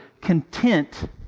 content